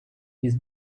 his